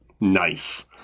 Nice